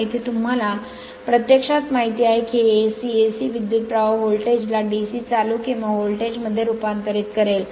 येथे प्रत्यक्षात तुम्हाला माहिती आहे की हे AC AC विद्युत प्रवाह व्होल्टेज ला DC चालू किंवा व्होल्टेज मध्ये रूपांतरित करेल